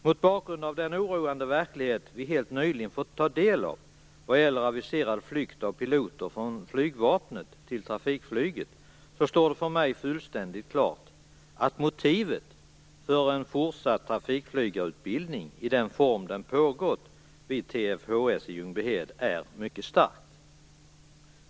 Vi har helt nyligen fått ta del av en oroande verklighet vad gäller aviserad flykt av piloter från flygvapnet till trafikflyget. Därför står det fullständigt klart för mig att motivet för en fortsatt trafikflygarutbildning i den form den har pågått vid TFHS i Ljungbyhed är mycket starkt.